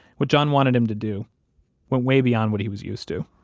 what john wanted him to do went way beyond what he was used to